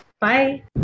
Bye